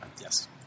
Yes